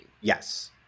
yes